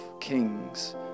kings